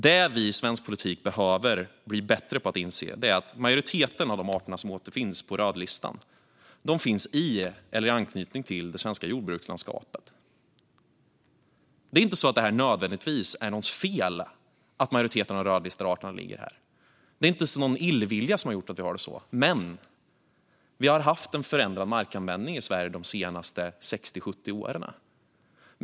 Det vi i svensk politik behöver bli bättre på är att inse att majoriteten av de arter som återfinns på rödlistan finns i eller i anknytning till det svenska jordbrukslandskapet. Det är inte nödvändigtvis något fel att majoriteten av de rödlistade arterna finns här. Det är inte någon illvilja som har gjort att vi har det så. Men vi har haft en förändrad markanvändning i Sverige de senaste 60-70 åren.